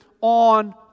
on